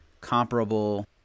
comparable